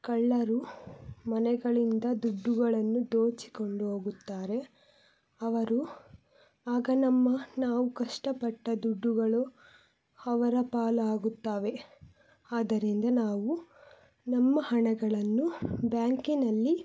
ಕಳ್ಳರು ಮನೆಗಳಿಂದ ದುಡ್ಡುಗಳನ್ನು ದೋಚಿಕೊಂಡು ಹೋಗುತ್ತಾರೆ ಅವರು ಆಗ ನಮ್ಮ ನಾವು ಕಷ್ಟಪಟ್ಟ ದುಡ್ಡುಗಳು ಅವರ ಪಾಲಾಗುತ್ತವೆ ಆದ್ದರಿಂದ ನಾವು ನಮ್ಮ ಹಣಗಳನ್ನು ಬ್ಯಾಂಕಿನಲ್ಲಿ